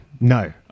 No